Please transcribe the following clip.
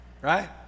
right